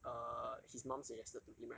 err his mum suggested to him right